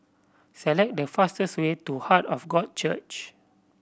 select the fastest way to Heart of God Church